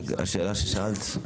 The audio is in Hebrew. השאלה ששאלת.